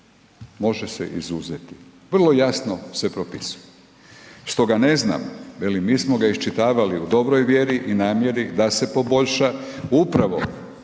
može se izuzeti. Vrlo jasno se propisuje. Stoga ne znam, velim mi smo ga iščitavali u dobroj vjeri i namjeri da se poboljša upravo